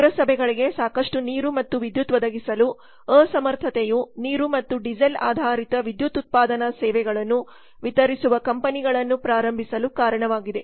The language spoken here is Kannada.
ಪುರಸಭೆಗಳಿಗೆ ಸಾಕಷ್ಟು ನೀರು ಮತ್ತು ವಿದ್ಯುತ್ ಒದಗಿಸಲು ಅಸಮರ್ಥತೆಯು ನೀರು ಮತ್ತು ಡೀಸೆಲ್ ಆಧಾರಿತ ವಿದ್ಯುತ್ ಉತ್ಪಾದನಾ ಸೇವೆಗಳನ್ನು ವಿತರಿಸುವ ಕಂಪನಿಗಳನ್ನು ಪ್ರಾರಂಭಿಸಲು ಕಾರಣವಾಗಿದೆ